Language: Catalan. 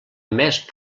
més